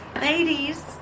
Ladies